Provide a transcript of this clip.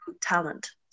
talent